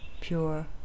Pure